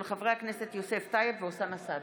תודה.